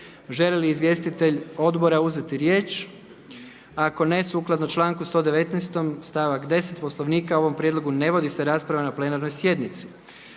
Želi li izvjestitelj odbora uzeti riječ? Gospodin Podlonjak. Nema ga. Sukladno članku 119. stavak 10. Poslovnika o ovom prijedlogu ne vodi se rasprava na plenarnoj sjednici.